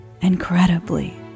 incredibly